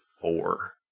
four